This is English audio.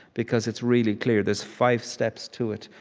because it's really clear. there's five steps to it.